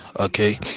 okay